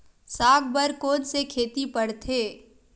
साग बर कोन से खेती परथे?